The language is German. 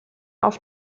auf